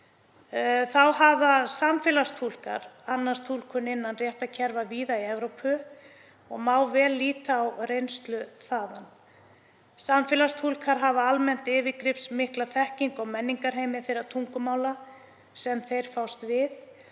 Þá hafa samfélagstúlkar annast túlkun innan réttarkerfa víða í Evrópu og má vel líta á reynslu þaðan. Samfélagstúlkar hafa almennt yfirgripsmikla þekkingu á menningarheimi þeirra tungumála sem þeir fást við